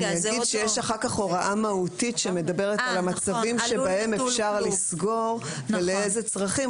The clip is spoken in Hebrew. יש אחר כך הוראה מהותית שמדברת על המצבים בהם אפשר לסגור ולאיזה צרכים.